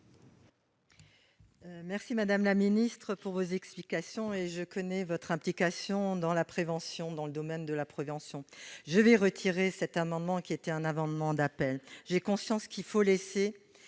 Merci, madame la ministre, pour vos explications. Je connais votre implication dans le domaine de la prévention. Je retire cet amendement, qui est un amendement d'appel. J'ai conscience qu'il faut laisser